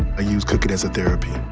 use cooking as a therapy.